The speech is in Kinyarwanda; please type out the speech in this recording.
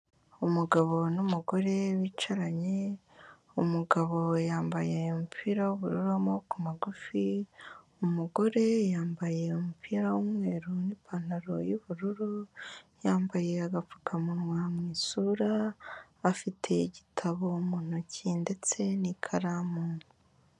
Umugabo n'umugore bicaranye umugabo yambaye umupira w'ubururu w'amoboko magufi, umugore yambaye umupira w'umweru n'ipantaro y'ubururu, yambaye agapfukamunwa mu isura afite igitabo mu ntoki ndetse n'ikaramu.